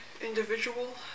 individual